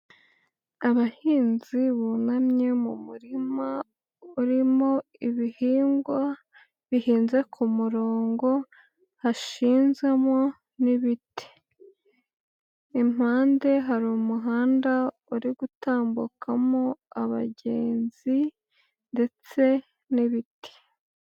Abahinzi bunamye mu murima urimo ibihingwa bihinnze ku murongo, hashinzamo n'ibiti. nImpande hari umuhanda uri gutambukamo abagenzi ndetse n'ibiti.